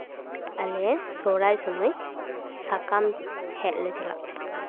ᱟᱞᱮ ᱥᱚᱨᱦᱟᱭ ᱥᱚᱢᱚᱭ ᱥᱟᱠᱟᱢ ᱦᱮᱡ ᱞᱮ ᱪᱟᱞᱟᱜ ᱛᱟᱦᱮᱱ